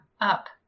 up